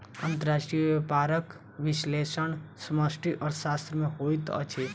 अंतर्राष्ट्रीय व्यापारक विश्लेषण समष्टि अर्थशास्त्र में होइत अछि